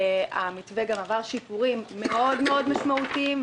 והמתווה גם עבר שיפורים מאוד מאוד משמעותיים,